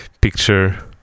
picture